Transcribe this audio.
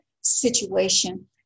situation